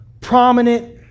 prominent